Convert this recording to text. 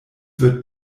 wird